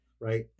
right